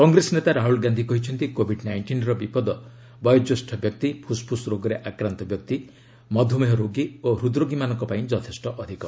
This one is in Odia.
କଂଗ୍ରେସ ନେତା ରାହୁଲ ଗାନ୍ଧି କହିଛନ୍ତି କୋଭିଡ୍ ନାଇଷ୍ଟିନର ବିପଦ ବୟୋଜ୍ୟେଷ ବ୍ୟକ୍ତି ଫୁସଫୁସ୍ ରୋଗରେ ଆକ୍ରାନ୍ତ ବ୍ୟକ୍ତି ମଧୁମେହ ରୋଗୀ ଓ ହୃଦ୍ରୋଗୀମାନଙ୍କ ପାଇଁ ଯଥେଷ୍ଟ ଅଧିକ